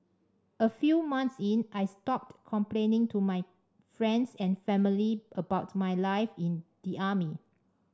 a few months in I stopped complaining to my friends and family about my life in the army